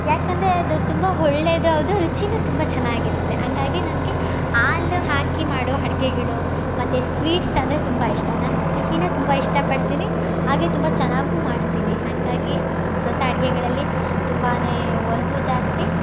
ಯಾಕಂದರೆ ಅದು ತುಂಬ ಒಳ್ಳೆದು ಹೌದು ರುಚಿನೂ ತುಂಬ ಚೆನ್ನಾಗಿರುತ್ತೆ ಹಾಗಾಗಿ ನನಗೆ ಹಾಲು ಹಾಕಿ ಮಾಡುವ ಅಡ್ಗೆಗಳು ಮತ್ತು ಸ್ವೀಟ್ಸ್ ಅಂದರೆ ತುಂಬ ಇಷ್ಟ ನಾನು ಸಿಹಿನಾ ತುಂಬ ಇಷ್ಟ ಪಡ್ತೀನಿ ಹಾಗೆ ತುಂಬ ಚೆನ್ನಾಗು ಮಾಡ್ತೀನಿ ಹಾಗಾಗಿ ಹೊಸ ಹೊಸ ಅಡುಗೆಗಳಲ್ಲಿ ತುಂಬಾ ಒಲವು ಜಾಸ್ತಿ